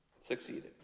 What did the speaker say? succeeded